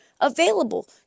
available